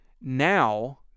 now